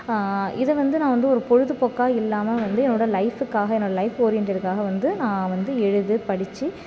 இதை வந்து நான் வந்து ஒரு பொழுதுப்போக்காக இல்லாமல் வந்து என்னோடய லைஃப்க்காக லைஃப் ஓரியன்டடுக்காக வந்து நான் வந்து எழுதி படித்து